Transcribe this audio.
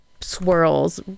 swirls